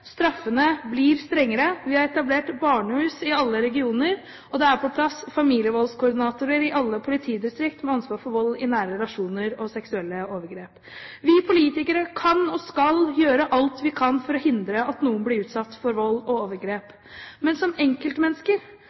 Straffene blir strengere, vi har etablert barnehus i alle regioner, og det er på plass familievoldskoordinatorer i alle politidistrikt med ansvar for vold i nære relasjoner og seksuelle overgrep. Vi politikere kan og skal gjøre alt vi kan for å hindre at noen blir utsatt for vold og overgrep. Men som enkeltmennesker